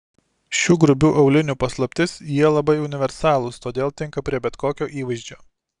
šių grubių aulinių paslaptis jie labai universalūs todėl tinka prie bet kokio įvaizdžio